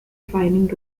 finding